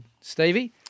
Stevie